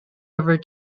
river